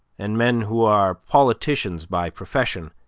and men who are politicians by profession